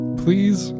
please